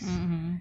mmhmm